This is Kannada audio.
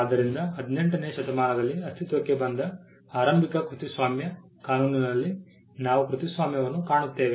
ಆದ್ದರಿಂದ 18 ನೇ ಶತಮಾನದಲ್ಲಿ ಅಸ್ತಿತ್ವಕ್ಕೆ ಬಂದ ಆರಂಭಿಕ ಕೃತಿಸ್ವಾಮ್ಯ ಕಾನೂನಿನಲ್ಲಿ ನಾವು ಕೃತಿಸ್ವಾಮ್ಯವನ್ನು ಕಾಣುತ್ತೇವೆ